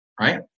Right